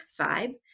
vibe